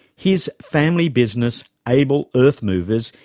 his family business, able earthmovers,